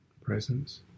presence